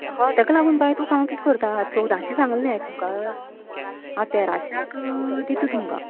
हय तेका लागून बाय तुका हांव कितें करतां चवदाशी सांगलेली न्ही हांवे तुका हांव तेराश्याक दिता तुमका